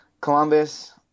Columbus